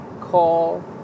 call